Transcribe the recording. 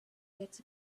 gets